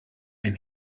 ein